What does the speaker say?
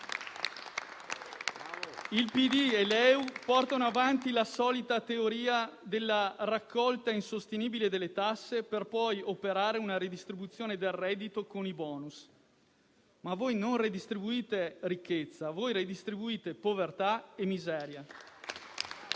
Il PD e LeU portano avanti la solita teoria della raccolta insostenibile delle tasse per poi operare una redistribuzione del reddito con i bonus. Ma voi non redistribuite ricchezza: redistribuite povertà e miseria.